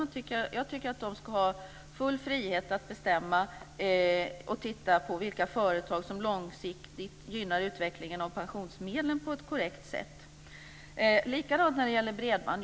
Jag tycker att den ska ha full frihet att undersöka och bestämma vilka företag som långsiktigt gynnar utvecklingen av pensionsmedlen på ett korrekt sätt. Likadant är det när det gäller bredband.